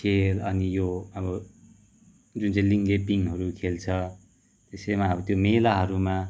खेल अनि यो अब जुन चाहिँ लिङ्गे पिङहरू खेल्छ त्यसैमा अब त्यो मेलाहरूमा